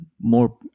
more